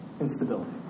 instability